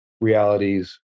realities